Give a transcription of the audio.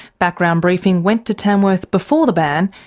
background briefing went to tamworth before the ban,